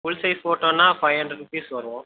full size ஃபோட்டோன்னா five hundred rupees வரும்